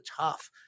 tough